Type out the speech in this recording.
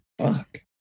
Fuck